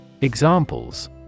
Examples